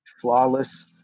flawless